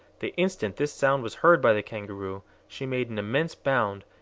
the instant this sound was heard by the kangaroo, she made an immense bound,